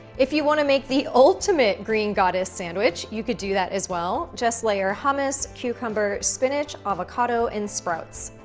if you wanna make the ultimate green goddess sandwich, you could do that as well, just layer hummus, cucumber, spinach, avocado and sprouts.